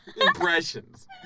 impressions